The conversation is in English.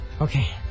Okay